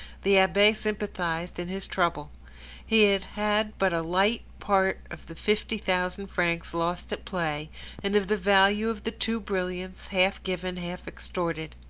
the abbe sympathised in his trouble he had had but a light part of the fifty thousand francs lost at play and of the value of the two brilliants, half given, half extorted.